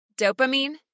Dopamine